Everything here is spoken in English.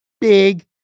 big